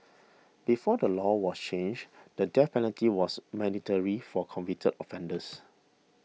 before the law was changed the death penalty was mandatory for convicted offenders